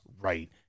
right